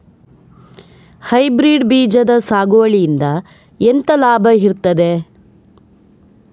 Hybrid ಬೀಜದ ಸಾಗುವಳಿಯಿಂದ ಎಂತ ಲಾಭ ಇರ್ತದೆ?